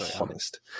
honest